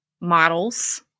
models